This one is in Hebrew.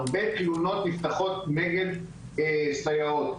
הרבה תלונות נפתחות נגד סייעות,